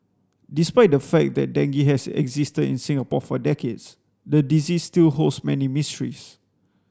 despite the fact that dengue has existed in Singapore for decades the disease still holds many mysteries